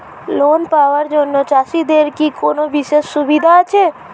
Loan পাওয়ার জন্য চাষিদের কি কোনো বিশেষ সুবিধা আছে?